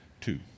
two